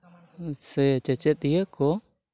ᱥᱮ ᱪᱮᱪᱮᱫᱤᱭᱟᱹ ᱠᱚ